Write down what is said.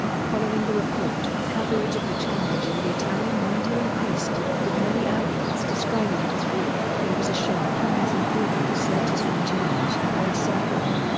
following the report, coverage of the challenge in the italian media increased, with many outlets describing it as real. there was a sharp rise in google searches for the challenge, and some panic.